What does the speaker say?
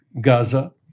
Gaza